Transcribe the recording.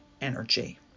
energy